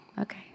Okay